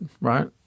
right